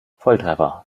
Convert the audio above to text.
volltreffer